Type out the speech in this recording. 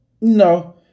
No